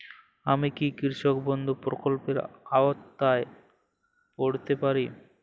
আমি কি কৃষক বন্ধু প্রকল্পের আওতায় পড়তে পারি?